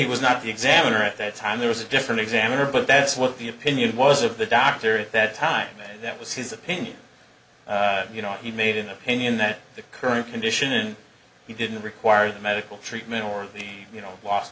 he was not the examiner at that time there was a different examiner but that's what the opinion was of the doctor at that time that was his opinion you know he made an opinion that the current condition and he didn't require the medical treatment or the you know last